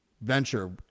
venture